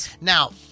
now